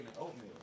oatmeal